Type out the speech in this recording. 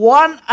one